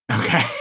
Okay